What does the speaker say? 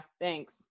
Thanks